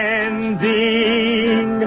ending